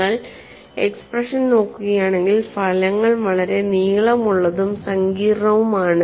നിങ്ങൾ എക്സ്പ്രഷൻ നോക്കുകയാണെങ്കിൽ ഫലങ്ങൾ വളരെ നീളമുള്ളതും സങ്കീർണ്ണവുമാണ്